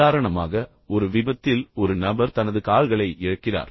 உதாரணமாக ஒரு விபத்தில் ஒரு நபர் தனது கால்களை இழக்கிறார்